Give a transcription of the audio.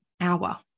hour